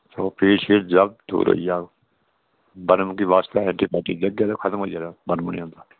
ओ fees शीस जाकत तुसें गी देई जाह्ग बर्म दे वास्तै एंटीबायोटिक जेह्ड़ी उदे नै खत्म होई जाना बर्म नि होंदा